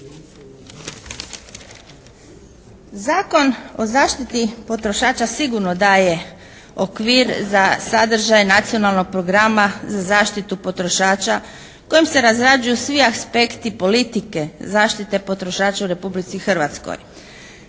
Zakon o zaštiti potrošača sigurno da je okvir za sadržaj Nacionalnog programa za zaštitu potrošača kojim se razrađuju svi aspekti politike zaštite potrošača u Republici Hrvatskoj,